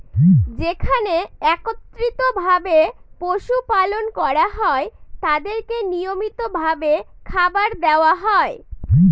যেখানে একত্রিত ভাবে পশু পালন করা হয় তাদেরকে নিয়মিত ভাবে খাবার দেওয়া হয়